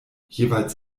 jeweils